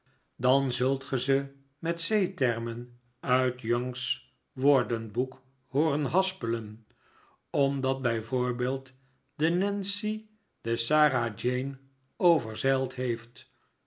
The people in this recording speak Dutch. dan zult ge ze met de zeetermen uit young's woordenboek hooren haspelen omdat bij voorbeeld de nancy de sarah jane overzeild heeft